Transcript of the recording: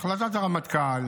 החלטת הרמטכ"ל